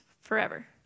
forever